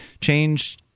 change